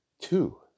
Two